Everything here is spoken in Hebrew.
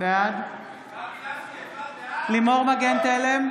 בעד לימור מגן תלם,